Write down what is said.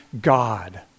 God